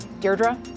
Deirdre